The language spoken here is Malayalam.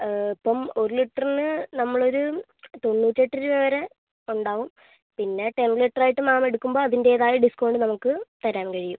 ഇപ്പം ഒരു ലിറ്ററിന് നമ്മള് ഒര് തൊണ്ണൂറ്റെട്ട് രൂപ വരെ ഉണ്ടാവും പിന്നെ ടെൻ ലിറ്റർ ആയിട്ട് മാം എടുക്കുമ്പം അതിൻറ്റേതായ ഡിസ്കൗണ്ട് നമുക്ക് തരാൻ കഴിയും